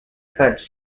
cuts